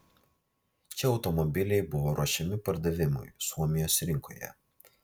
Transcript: čia automobiliai buvo ruošiami pardavimui suomijos rinkoje